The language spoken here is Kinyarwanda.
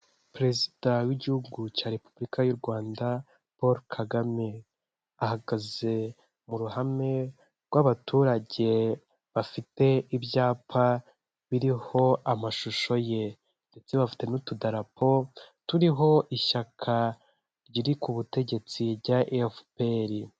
Perezida w'igihugu cya Repubulika y'U Rwanda Paul KAGAME, ahagaze mu ruhame rw'abaturage bafite ibyapa biriho amashusho ye, ndetse bafite n'utudarapo turiho ishyaka riri ku butegetsi rya FPR.